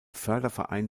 förderverein